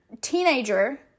teenager